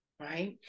right